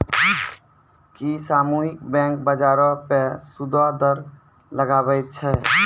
कि सामुहिक बैंक, बजारो पे सूदो दर लगाबै छै?